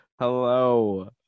Hello